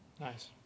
Nice